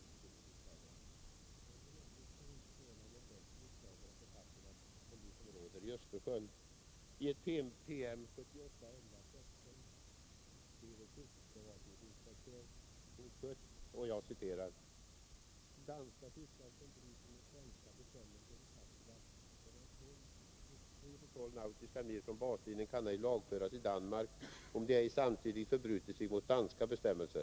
F. ö. ärinte förhållandena bättre i Skagerack och Kattegatt än i Östersjön. I ett PM från den 16 november 1979 skriver kustbevakningsinspektör Tor Schött: ”Danska fiskare, som bryter mot svenska bestämmelser i Kattegatt mellan 3-12 nm från baslinjen kan ej lagföras i Danmark om de ej samtidigt förbrutit sig mot danska bestämmelser.